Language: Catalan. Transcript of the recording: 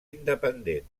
independent